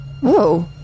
Whoa